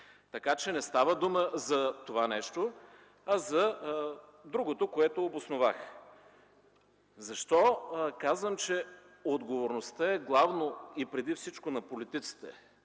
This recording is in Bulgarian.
Така че не става дума за това нещо, а за другото, което обосновах. Защо казвам, че отговорността е главно и преди всичко на политиците?